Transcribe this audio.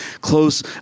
close